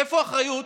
איפה האחריות